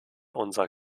unserer